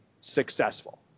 successful